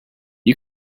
you